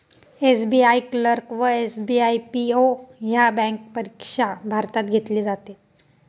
SBI clerk व SBI PO ह्या bank परीक्षा भारतात घेतली जाते